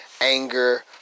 anger